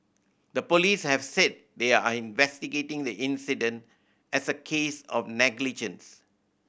the police have said they are investigating the incident as a case of negligence